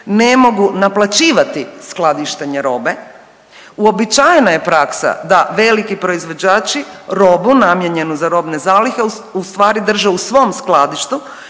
ne mogu naplaćivati skladištenje robe. Uobičajena je praksa da veliki proizvođači robu namijenjenu za robne zalihe ustvari drže u svom skladištu